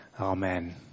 Amen